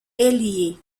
ailier